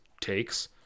takes